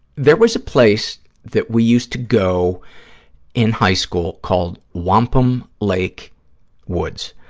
there was a place that we used to go in high school called wampum lake woods.